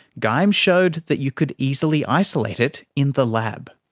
geim showed that you could easily isolate it in the lab.